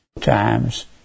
times